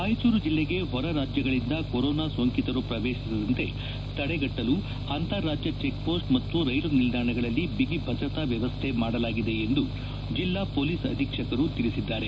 ರಾಯಚೂರು ಜಿಲ್ಲೆಗೆ ಹೊರ ರಾಜ್ಯಗಳಿಂದ ಕೊರೊನಾ ಸೋಂಕಿತರು ಪ್ರವೇಶಿಸದಂತೆ ತಡೆಗಟ್ಟಲು ಅಂತಾರಾಜ್ಯ ಚೆಕ್ಜೋಸ್ಟ್ ಮತ್ತು ರೈಲು ನಿಲ್ದಾಣಗಳಲ್ಲಿ ಬಿಗಿ ಭದ್ರತಾ ವ್ಯವಸ್ಥೆ ಮಾಡಲಾಗಿದೆ ಎಂದು ಜಿಲ್ದಾ ಪೊಲೀಸ್ ಅಧೀಕ್ಷಕರು ತಿಳಿಸಿದ್ದಾರೆ